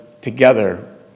together